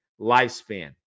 lifespan